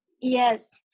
yes